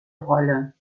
rolle